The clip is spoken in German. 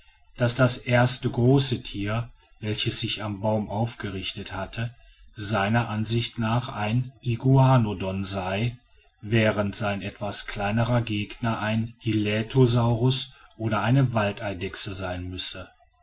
daß das erste große tier welches sich an dem baum aufgerichtet hatte seiner ansicht nach ein iguanodon sei während sein etwas kleinerer gegner ein hylätosaurus oder eine waldeidechse sein müsse